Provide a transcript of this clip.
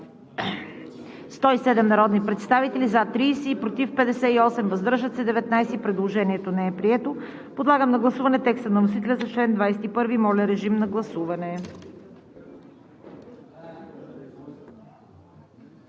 107 народни представители: за 30, против 58, въздържали се 19. Предложението не е прието. Подлагам на гласуване текста на вносителя за чл. 21. Гласували